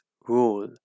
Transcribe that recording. rule